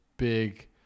big